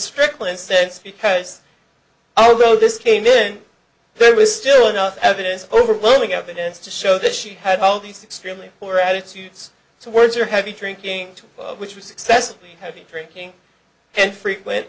sense because although this came in there was still enough evidence overwhelming evidence to show that she had all these extremely poor attitudes towards your heavy drinking which was excessively heavy drinking and frequent